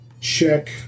check